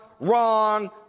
wrong